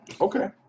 Okay